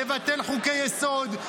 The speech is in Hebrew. לבטל חוקי-יסוד,